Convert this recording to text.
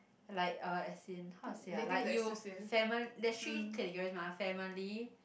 like uh as in how to say ah like you fami~ there is three category mah family